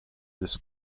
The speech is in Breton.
deus